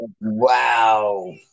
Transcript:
Wow